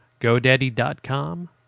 GoDaddy.com